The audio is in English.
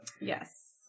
Yes